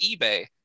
eBay